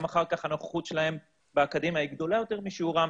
גם אחר כך הנוכחות שלהם באקדמיה גדולה יותר משיעורם,